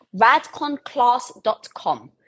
radconclass.com